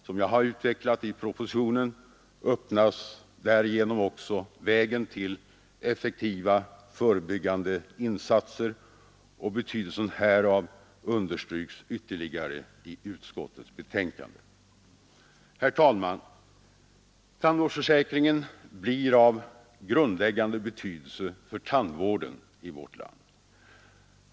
Som jag har utvecklat i propositionen öppnas därigenom också vägen till effektiva förebyggande insatser, och betydelsen härav understryks ytterligare i utskottets betänkande. Herr talman! Tandvårdsförsäkringen blir av grundläggande betydelse för tandvården i vårt land.